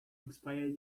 expiry